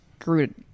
screwed